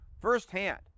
firsthand